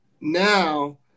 now